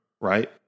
right